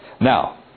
Now